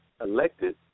elected